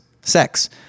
Sex